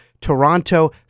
Toronto